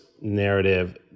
narrative